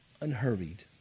unhurried